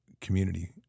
community